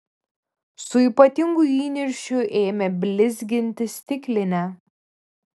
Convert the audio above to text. su ypatingu įniršiu ėmė blizginti stiklinę